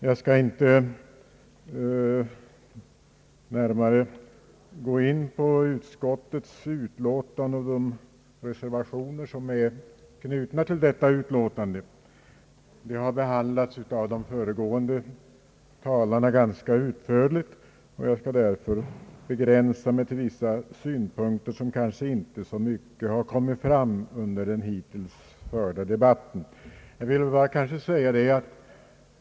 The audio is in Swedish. Jag skall inte närmare gå in på utskottets utlåtande och de reservationer som är fogade till detta utlåtande — det har behandlats ganska utförligt av de föregående talarna utan vill begränsa mig till vissa synpunkter som kanske inte i så hög grad har kommit fram i den hittills förda debatten.